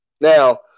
Now